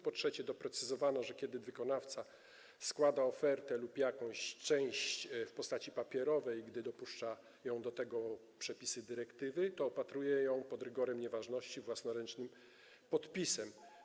Po trzecie, doprecyzowano, że kiedy wykonawca składa ofertę lub jej część w postaci papierowej, gdy dopuszczają to przepisy dyrektywy, to opatruje ją, pod rygorem nieważności, własnoręcznym podpisem.